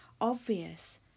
obvious